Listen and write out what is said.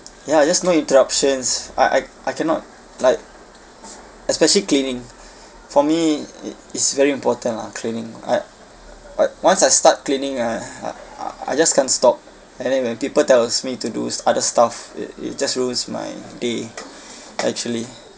ya just no interruptions uh I I cannot like especially cleaning for me it's very important lah cleaning I I once I start cleaning ah uh uh I just can't stop and then when people tells me to do s~ other stuff it it just ruins my day actually